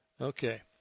Okay